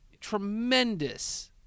Tremendous